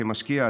כמשקיע,